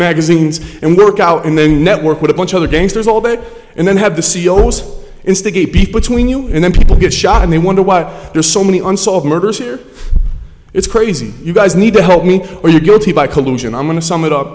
magazines and work out and then network with a bunch of other gangsters all of it and then have the ceo's instigate people tween you and then people get shot and they wonder what there's so many unsolved murders here it's crazy you guys need to help me or you're guilty by collusion i'm going to sum it up